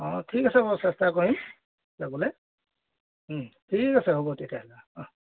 অঁ ঠিক আছে বাৰু চেষ্টা কৰিম যাবলৈ ঠিক আছে হ'ব তেতিয়াহ'লে অঁ অঁ